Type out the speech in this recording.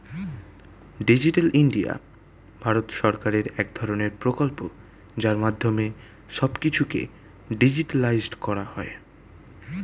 digital India ভারত সরকারের এক ধরণের প্রকল্প যার মাধ্যমে সব কিছুকে ডিজিটালাইসড করা হয়